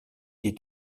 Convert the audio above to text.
est